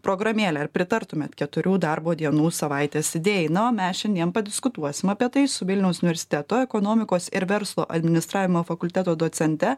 programėlę ar pritartumėt keturių darbo dienų savaitės idėjai na o mes šiandien padiskutuosim apie tai su vilniaus universiteto ekonomikos ir verslo administravimo fakulteto docente